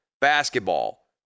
basketball